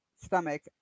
stomach